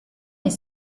est